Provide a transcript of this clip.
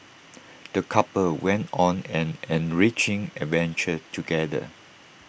the couple went on an enriching adventure together